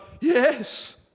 yes